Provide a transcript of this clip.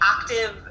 active